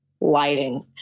lighting